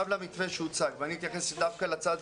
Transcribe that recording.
למתווה שהוצג, ואני אתייחס דווקא לצד